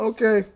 Okay